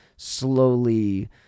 Slowly